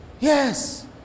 Yes